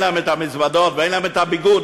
להם את המזוודות ואין להם את הביגוד,